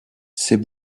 c’est